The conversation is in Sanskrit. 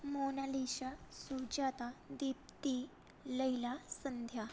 मोनालिसा सुजाता दीप्तिः लैला सन्ध्या